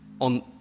on